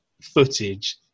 footage